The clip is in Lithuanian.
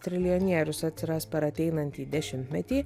trilijonierius atsiras per ateinantį dešimtmetį